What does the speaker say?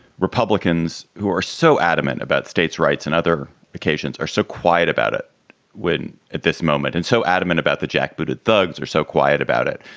republicans who are so adamant about states rights and other occasions are so quiet about it wouldn't at this moment and so adamant about the jackbooted thugs are so quiet about it?